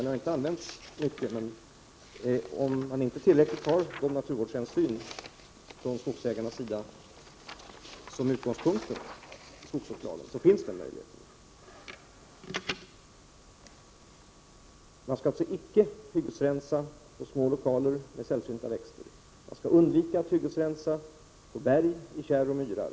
Den har inte använts i någon större utsträckning. Om inte skogsägarna tar tillräckliga naturvårdshänsyn med utgångspunkt i skogsvårdslagen finns möjligheten till vite. Man skall alltså icke hyggesrensa på små lokaler med sällsynta växter. Man skall undvika att hyggesrensa på berg, i kärr och myrar.